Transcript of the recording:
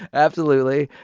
absolutely.